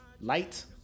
Light